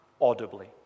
audibly